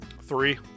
Three